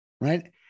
right